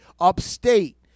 upstate